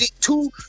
two